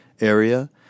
area